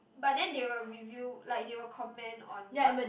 but then they will review like they will comment on what